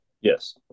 Yes